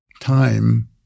time